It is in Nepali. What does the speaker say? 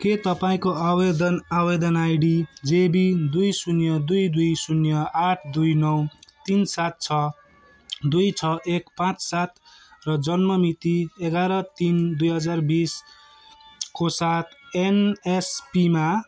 के तपाईँको आवेदन आवेदन आइडी जे बी दुई शून्य दुई दुई शून्य आठ दुई नौ तिन सात छ दुई छ एक पाँच सात र जन्म मिति एघार तिन दुई हजार बिसको साथ एन एस पीमा